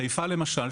בחיפה למשל,